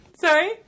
Sorry